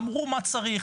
אמרו מה צריך,